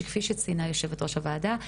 שכפי שציינה יושבת ראש הוועדה,